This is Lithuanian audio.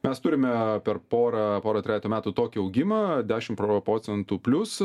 mes turime per porą porą trejetą metų tokį augimą dešim pro procentų plius